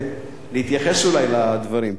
להתייחס אולי לדברים.